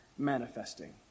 manifesting